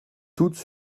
toutes